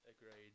Agreed